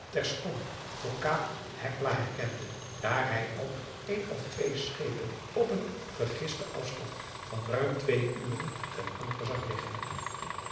het leven van johannes wouter blommesteyn kende daar hij ook een of twee schepen op een gegisten afstand van ruim twee uren ten anker zag liggen